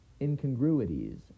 incongruities